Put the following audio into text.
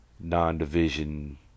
non-division